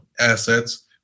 assets